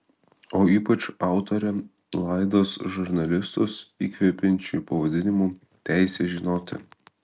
o ypač autorė laidos žurnalistus įkvepiančiu pavadinimu teisė žinoti